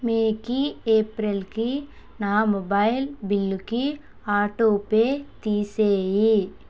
మేకి ఏప్రిల్కి నా మొబైల్ బిల్లుకి ఆటోపే తీసేయి